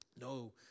No